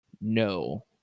no